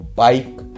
bike